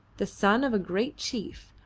the son of a great chief,